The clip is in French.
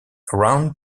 round